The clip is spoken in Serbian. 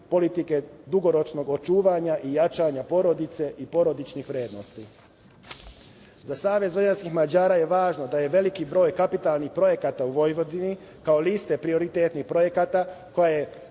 politike dugoročnog očuvanja i jačanja porodice i porodičnih vrednosti.Za Savez vojvođanskih Mađara je važno da je veliki broj kapitalnih projekata u Vojvodini kao liste prioritetnih projekata koja je